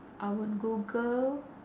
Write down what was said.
I would google